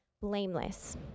blameless